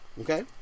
okay